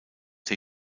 der